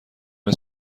این